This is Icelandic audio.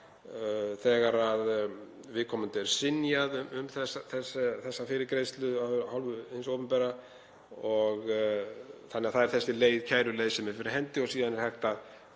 þegar viðkomandi er synjað um þessa fyrirgreiðslu af hálfu hins opinbera og þá er þessi kæruleið sem er fyrir hendi og síðan er hægt að